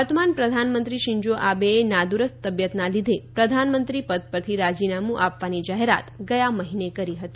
વર્તમાન પ્રધાનમંત્રી શિન્ઝો આબેએ નાદુરૂસ્ત તબિયતના લીધે પ્રધાનમંત્રી પદ પરથી રાજીનામું આપવાની જાહેરાત ગયા મહિને કરી હતી